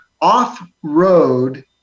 off-road